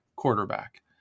Quarterback